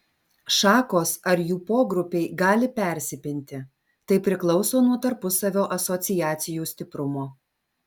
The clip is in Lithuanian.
šakos ar jų pogrupiai gali persipinti tai priklauso nuo tarpusavio asociacijų stiprumo